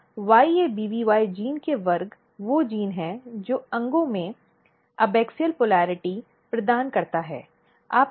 तो YABBY जीन के वर्ग वो जीन हैं जो अंग में एबाक्सिअल ध्रुवीयता प्रदान करता है